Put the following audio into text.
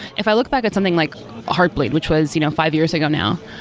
if i look back at something like heartbleed, which was you know five years ago now,